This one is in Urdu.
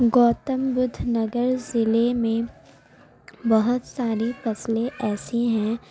گوتم بدھ نگر ضلعے میں بہت ساری فصلیں ایسی ہیں